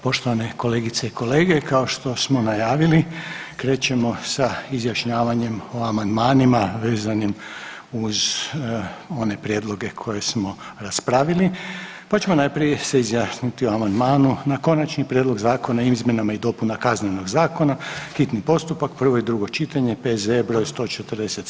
Poštovane kolegice i kolege, kao što smo najavili krećemo sa izjašnjavanjem o amandmanima vezanim uz one prijedloge koje smo raspravili, pa ćemo najprije se izjasniti o amandmanu na Konačni prijedlog Zakona o izmjenama i dopunama Kaznenog zakona, hitni postupak, prvo i drugo čitanje, P.Z.E. br. 147.